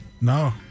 No